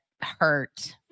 hurt